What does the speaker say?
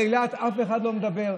על אילת אף אחד לא מדבר.